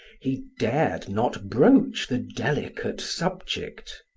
he dared not broach the delicate subject.